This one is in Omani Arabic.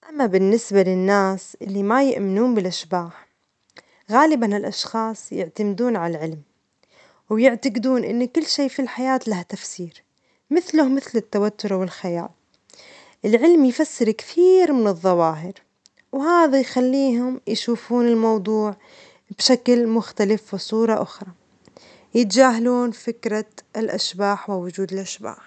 أما بالنسبة للناس اللي ما يؤمنون بالأشباح، غالبًا الأشخاص يعتمدون على العلم ويعتجدون أن كل شيء في الحياة له تفسير، مثله مثل التوتر والخيال، العلم يفسر كثير من الظواهر، وهذا يخليهم يشوفون الموضوع بشكل مختلف وصورة أخرى، يتجاهلون فكرة الأشباح ووجود الأشباح.